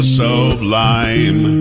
sublime